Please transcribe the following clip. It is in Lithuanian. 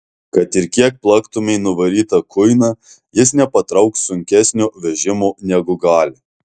kad ir kiek plaktumei nuvarytą kuiną jis nepatrauks sunkesnio vežimo negu gali